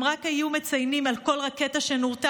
אם רק היו מציינים על כל רקטה שנורתה